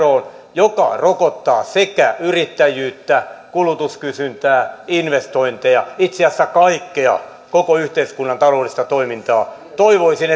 puututaankin arvonlisäveroon joka rokottaa sekä yrittäjyyttä kulutuskysyntää investointeja itse asiassa kaikkea koko yhteiskunnan taloudellista toimintaa toivoisin